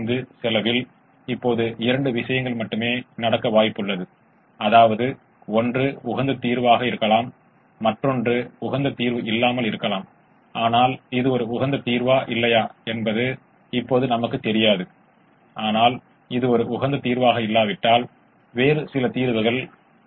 இந்த சிக்கலின் இரட்டைக்கான ஒவ்வொரு சாத்தியமான தீர்வும் முதன்மையான ஒவ்வொரு சாத்தியமான தீர்வையும் விட அதிகமாகவோ அல்லது சமமாகவோ ஒரு புறநிலை செயல்பாட்டு மதிப்பைக் கொண்டிருக்கும்